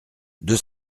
deux